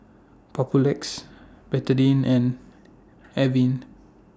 Papulex Betadine and Avene